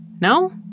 No